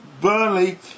Burnley